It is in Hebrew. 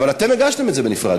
אבל אתם הגשתם את זה בנפרד,